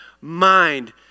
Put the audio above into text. mind